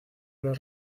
les